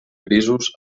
grisos